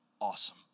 awesome